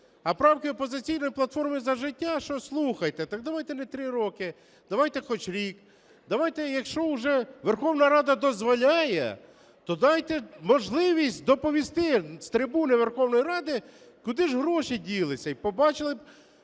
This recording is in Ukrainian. А правки "Опозиційної платформи – За життя", що, слухайте, так давайте не три роки, давайте хоч рік, давайте, якщо уже Верховна Рада дозволяє, то дайте можливість доповісти з трибуни Верховної Ради, куди ж гроші ділися, і побачили б